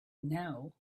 now